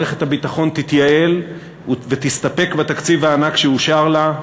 מערכת הביטחון תתייעל ותסתפק בתקציב הענק שאושר לה,